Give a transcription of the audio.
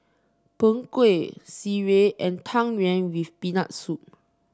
Png Kueh sireh and Tang Yuen with Peanut Soup